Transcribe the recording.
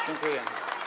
Dziękuję.